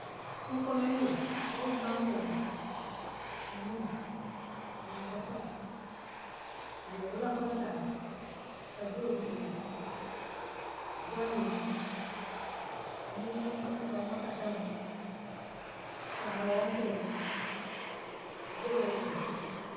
Suukono yiiroo woo man korote lemunoo lemuna messiŋoo yoo wulakono taal kajuwoo bijeele jaaberoo duŋ aniŋ jambakatanŋoo duŋ saata woŋkoo duŋ wool bee be wuloo le kono.